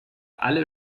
alle